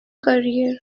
career